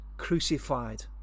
Crucified